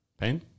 Pain